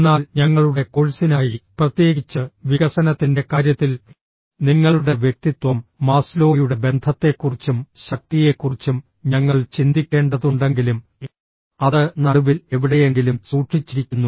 എന്നാൽ ഞങ്ങളുടെ കോഴ്സിനായി പ്രത്യേകിച്ച് വികസനത്തിന്റെ കാര്യത്തിൽ നിങ്ങളുടെ വ്യക്തിത്വം മാസ്ലോയുടെ ബന്ധത്തെക്കുറിച്ചും ശക്തിയെക്കുറിച്ചും ഞങ്ങൾ ചിന്തിക്കേണ്ടതുണ്ടെങ്കിലും അത് നടുവിൽ എവിടെയെങ്കിലും സൂക്ഷിച്ചിരിക്കുന്നു